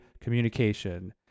communication